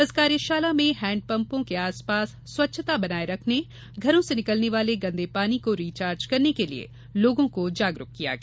इस कार्यशाला में हैण्डपंपो के आसपास स्वच्छता बनाये रखने घरों से निकलने वाले गंदे पानी को रीचार्ज करने के लिए लोगों को जागरुक किया गया